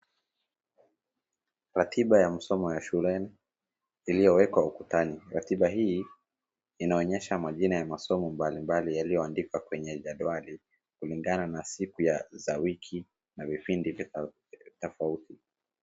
Ratiba ya msomo ya shuleni iliyo wekwa ukutani, ratiba hii inaonyesha majina ya masomo mbalimbali yaliyoandikwa kwenye jedwali kulingana na siku za wiki na vipindi tofauti.